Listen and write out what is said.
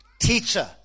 teacher